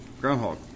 groundhog